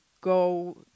go